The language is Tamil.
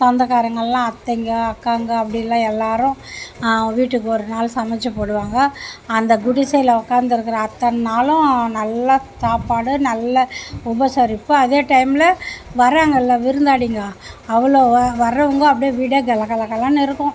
சொந்தக்காரங்கெளாம் அத்தைங்கள் அக்காங்கள் அப்படின்லாம் எல்லாேரும் வீட்டுக்கு ஒரு நாள் சமைச்சி போடுவாங்க அந்த குடிசையில் உக்காந்து இருக்கிற அத்தனை நாளும் நல்ல சாப்பாடு நல்ல உபசரிப்பு அதே டைமில் வராங்கள்ல்ல விருந்தாளிங்கள் அவ்வளோ வரவங்க அப்படியே வீடே கலகல கலன்னு இருக்கும்